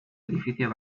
edificio